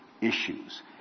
issues